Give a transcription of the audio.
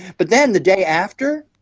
but then the day after,